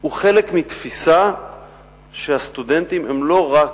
הוא חלק מתפיסה שהסטודנטים הם לא רק,